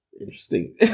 Interesting